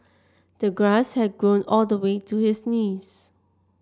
the grass had grown all the way to his knees